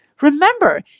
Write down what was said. remember